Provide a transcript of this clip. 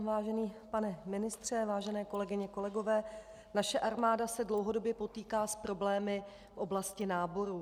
Vážený pane ministře, vážené kolegyně a kolegové, naše armáda se dlouhodobě potýká s problémy v oblasti náborů.